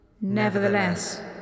Nevertheless